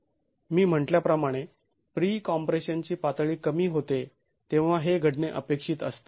मी म्हटल्याप्रमाणे pre compression ची पातळी कमी होते तेव्हा हे घडणे अपेक्षित असते